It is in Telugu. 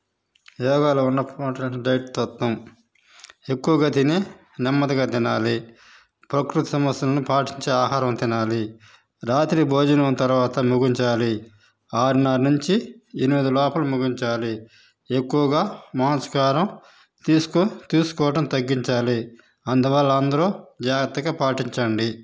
యోగాలో ఉన్న పూట డైట్ తత్వం ఎక్కువగా తిని నెమ్మదిగా తినాలి ప్రకృతి సమస్యలను పాటించే ఆహారం తినాలి రాత్రి భోజనం తర్వాత ముగించాలి ఆరున్నార నుంచి ఎనిమిది లోపల ముగించాలి ఎక్కువగా మాంసాహారం తీసుకోవడం తగ్గించాలి అందువల్ల అందరూ జాగ్రత్తగా పాటించండి